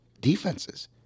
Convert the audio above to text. defenses